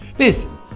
Listen